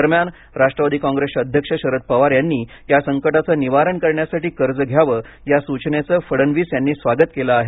दरम्यान राष्ट्रवादी कॉंग्रेसचे अध्यक्ष शरद पवार यांनी या संकटाचे निवारण करण्यासाठी कर्ज घ्यावं या सूचनेचे फडणवीस यांनी स्वागत केले आहे